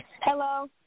Hello